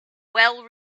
well